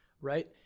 right